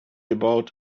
about